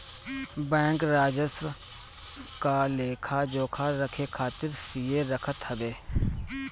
bank राजस्व क लेखा जोखा रखे खातिर सीए रखत हवे